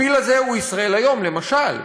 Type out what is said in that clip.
הפיל הזה הוא "ישראל היום" למשל,